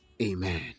Amen